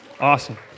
Awesome